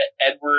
Edward